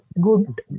good